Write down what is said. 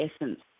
essence